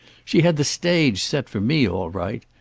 she had the stage set for me, all right.